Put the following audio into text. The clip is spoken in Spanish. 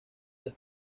las